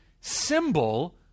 symbol